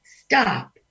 stop